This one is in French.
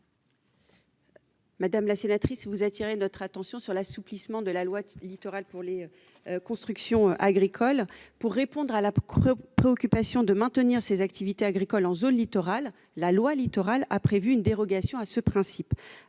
Madame la sénatrice, vous nous interrogez sur l'assouplissement de la loi Littoral pour les constructions agricoles. Pour répondre à la préoccupation de maintenir des activités agricoles en zone littorale, la loi Littoral a prévu une dérogation au principe